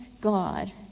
God